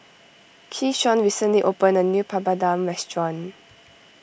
Keyshawn recently opened a new Papadum restaurant